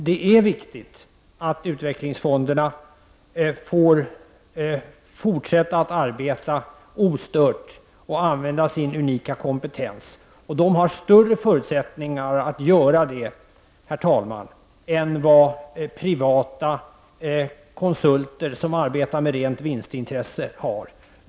Det är viktigt att utvecklingsfonderna får fortsätta att arbeta ostört och använda sin unika kompetens. De har större förutsättningar att göra det, herr talman, än vad privata konsulter har som arbetar med rent vinstintresse.